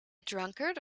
drunkard